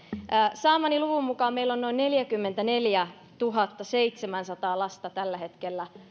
saamani luvun mukaan meillä on noin neljäkymmentäneljätuhattaseitsemänsataa lasta tällä hetkellä